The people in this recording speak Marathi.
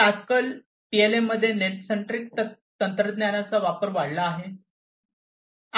तर आजकाल पीएलएममध्ये नेट सेंट्रिक तंत्रज्ञानाचा वापर वाढला आहे